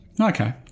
Okay